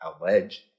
alleged